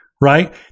right